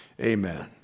amen